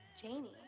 Janie